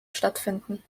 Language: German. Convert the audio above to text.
stattfinden